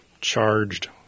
charged